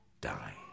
die